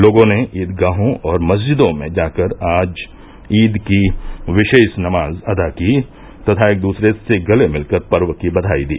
लोगों ने ईदगाहों और मस्जिदों में जाकर आज ईद की विशेष नमाज अदा की तथा एक दूसरे से गले मिलकर पर्व की बधाई दी